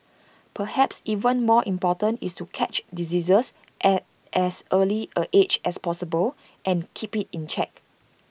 perhaps even more important is to catch diseases at as early A stage as possible and keep IT in check